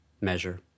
measure